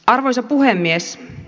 arvoisa puhemies